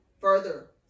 further